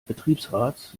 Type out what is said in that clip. betriebsrats